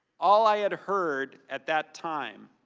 all i had heard, at that time,